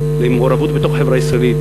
למעורבות בתוך החברה הישראלית,